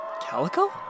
Calico